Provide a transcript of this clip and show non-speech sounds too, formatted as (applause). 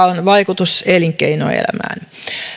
(unintelligible) on vaikutus elinkeinoelämään